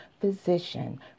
physician